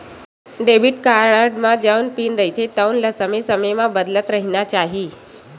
debit card म जउन pin रहिथे तउन ल समे समे म बदलत रहिना चाही